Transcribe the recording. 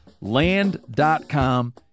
Land.com